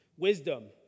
Wisdom